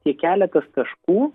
tie keletas taškų